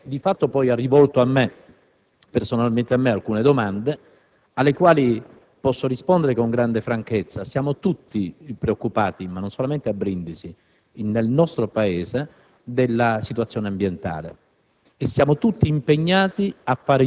Sono molto sbalordito anche perché, di fatto, lei ha rivolto a me personalmente alcune domande, alle quali posso rispondere con grande franchezza: siamo tutti preoccupati, non solamente a Brindisi, ma nel nostro Paese della situazione ambientale